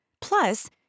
Plus